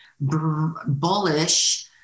bullish